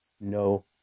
no